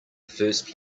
first